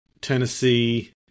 Tennessee